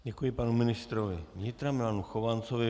Děkuji panu ministrovi vnitra Milanu Chovancovi.